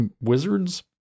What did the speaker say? wizards